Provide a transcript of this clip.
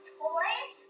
toys